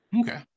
okay